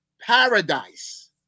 paradise